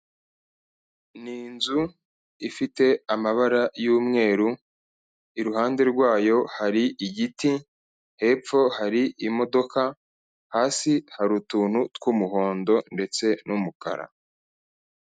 Ni inzu ifite amabara y'umweru, iruhande rwayo hari igiti, hepfo hari imodoka, hasi hari utuntu tw'umuhondo ndetse n'umukara.